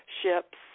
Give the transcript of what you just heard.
ships